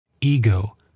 ego